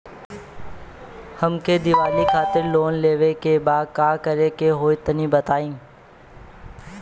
हमके दीवाली खातिर लोन लेवे के बा का करे के होई तनि बताई?